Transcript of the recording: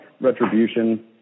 retribution